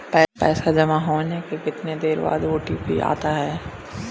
पैसा जमा होने के कितनी देर बाद ओ.टी.पी आता है?